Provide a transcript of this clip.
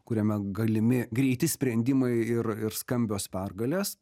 kuriame galimi greiti sprendimai ir ir skambios pergalės